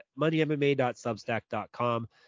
moneymma.substack.com